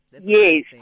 Yes